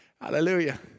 Hallelujah